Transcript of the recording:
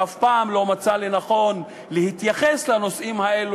שאף פעם לא מצא לנכון להתייחס לנושאים האלה